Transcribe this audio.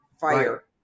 Fire